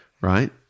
right